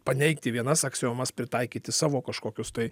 paneigti vienas aksiomas pritaikyti savo kažkokius tai